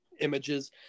images